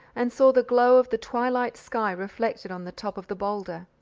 and saw the glow of the twilight sky reflected on the top of the boulder.